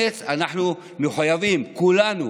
עד מתי תראו שהשתמשתם בכולם,